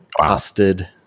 Custard